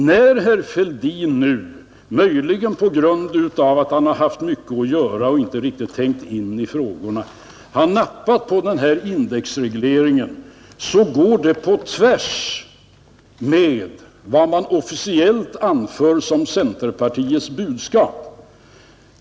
När herr Fälldin nu, möjligen på grund av att han har haft mycket att göra och inte riktigt har tänkt sig in i frågorna, har nappat på det här förslaget om indexregleringen går det på tvärs med vad man officiellt anför som centerpartiets budskap.